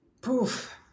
Poof